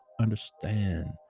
understand